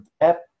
app